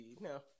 no